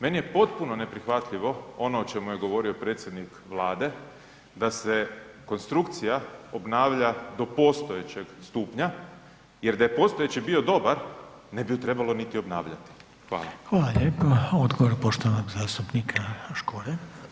Meni je potpuno neprihvatljivo ono o čemu je govorio predsjednik Vlade da se konstrukcija obnavlja do postojećeg stupnja jer da je postojeći bio dobar ne bi ju trebalo niti obnavljati.